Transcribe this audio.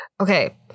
okay